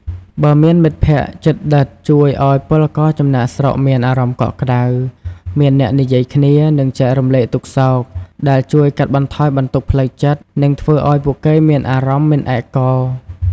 បើមានមិត្តភក្តិជិតដិតជួយឱ្យពលករចំណាកស្រុកមានអារម្មណ៍កក់ក្ដៅ មានអ្នកនិយាយគ្នា និងចែករំលែកទុក្ខសោក ដែលជួយកាត់បន្ថយបន្ទុកផ្លូវចិត្ត និងធ្វើឱ្យពួកគេមានអារម្មណ៍មិនឯកោ ។